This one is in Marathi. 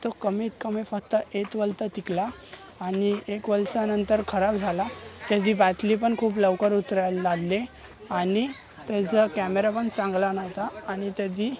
तो कमीत कमी फक्त एक वर्ष टिकला आणि एक वर्षानंतर खराब झाला त्याची बॅतली पण खूप लवकर उतरायला लागली आणि त्याचा कॅमेरा पण चांगला नव्हता आणि त्याची